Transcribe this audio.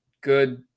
good